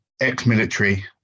ex-military